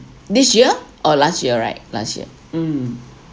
this year oh last year right last year mm